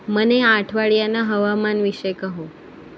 મને આ અઠવાડીયાના હવામાન વિશે કહો